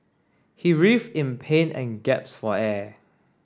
he writhed in pain and for air